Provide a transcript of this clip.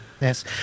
Yes